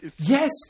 yes